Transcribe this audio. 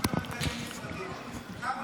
אנשים --- כמה?